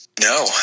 No